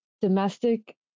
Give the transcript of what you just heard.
domestic